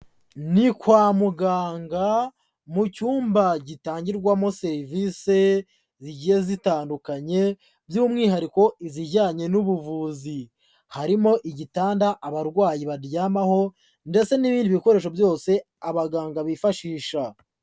Ni kwa muganga mu cyumba gitangirwamo serivisi zigiye zitandukanye by'umwihariko izijyanye n'ubuvuzi, harimo igitanda abarwayi baryamaho ndetse n'ibindi bikoresho byose abaganga bifashisha.